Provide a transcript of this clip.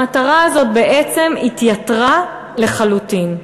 המטרה הזאת בעצם התייתרה לחלוטין.